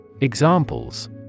Examples